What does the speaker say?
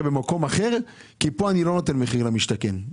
במקום אחר כי כאן אני לא נותן מחיר למשתכן.